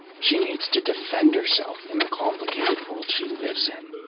she needs to defend herself in the complicated world she lives in.